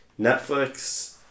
Netflix